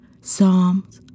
Psalms